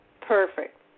perfect